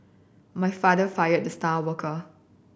my father fired the star worker